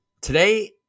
Today